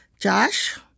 Josh